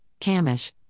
Camish